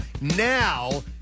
Now